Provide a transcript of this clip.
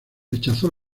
rechazó